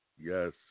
yes